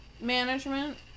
management